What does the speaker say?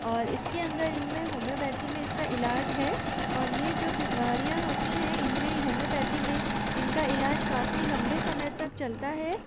और इसके अंदर इन में होम्योपैथी में इसका इलाज है और ये जो बीमारियाँ होती हैं इन में होम्योपैथी में इनका इलाज काफ़ी लम्बे समय तक चलता है